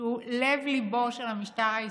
שהוא לב-ליבו של המשטר הישראלי.